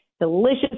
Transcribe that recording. Delicious